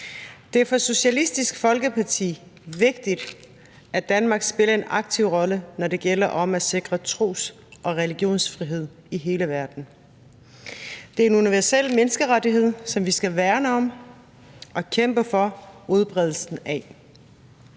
Det er for Socialistisk Folkeparti vigtigt, at Danmark spiller en aktiv rolle, når det gælder om at sikre tros- og religionsfrihed i hele verden. Det er en universel menneskerettighed, som vi skal værne om og kæmpe for udbredelsen af.